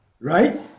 right